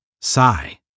Sigh